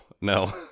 no